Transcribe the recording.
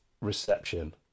reception